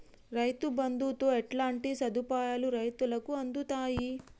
రైతు బంధుతో ఎట్లాంటి సదుపాయాలు రైతులకి అందుతయి?